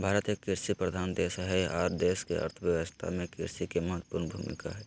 भारत एक कृषि प्रधान देश हई आर देश के अर्थ व्यवस्था में कृषि के महत्वपूर्ण भूमिका हई